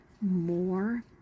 more